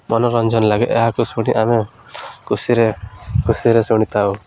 ମନୋରଞ୍ଜନ ଲାଗେ ଏହାକୁ ଶୁଣି ଆମେ ଖୁସିରେ ଖୁସିରେ ଶୁଣିଥାଉ